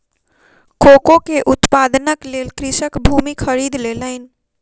cocoa के उत्पादनक लेल कृषक भूमि खरीद लेलैन